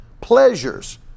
pleasures